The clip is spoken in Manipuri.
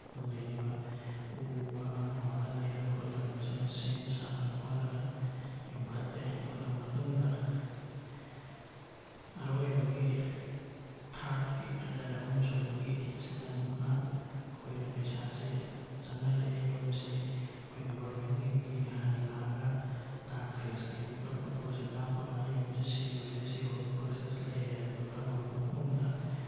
ꯂꯩꯔꯤꯕ ꯎ ꯋꯥ ꯑꯃ ꯑꯃ ꯂꯩꯔ ꯈꯣꯠꯂꯒ ꯃꯁꯤꯅ ꯁꯦꯝ ꯁꯥꯔ ꯈꯣꯠꯂꯒ ꯌꯨꯡꯈꯠꯂꯦ ꯌꯨꯡꯈꯠꯂꯕ ꯃꯇꯨꯡꯗ ꯑꯔꯣꯏꯕꯒꯤ ꯊꯥꯛꯀꯤ ꯍꯥꯏ ꯇꯥꯔꯦ ꯑꯍꯨꯝꯁꯨꯕꯒꯤꯗ ꯑꯃꯨꯛꯀ ꯃꯈꯣꯏꯅ ꯄꯩꯁꯥꯁꯤ ꯆꯪꯍꯜꯂꯛꯑꯦ ꯌꯨꯝꯁꯤ ꯃꯣꯏ ꯒꯕꯔꯃꯦꯟꯒꯤ ꯃꯤ ꯍꯥꯟꯅ ꯂꯥꯛꯑꯒ ꯊꯥꯔꯠ ꯐꯦꯁꯀꯤ ꯑꯃꯨꯛꯀ ꯐꯣꯇꯣꯁꯦ ꯀꯥꯞꯄꯒ ꯌꯨꯝꯁꯤ ꯁꯤ ꯑꯣꯏꯔꯦ ꯁꯤꯐꯥꯎꯒꯤ ꯄ꯭ꯔꯣꯁꯦꯁ ꯂꯩꯔꯦ ꯍꯥꯏꯕꯗꯨ ꯈꯪꯉꯕ ꯃꯇꯨꯡꯗ